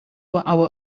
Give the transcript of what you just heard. our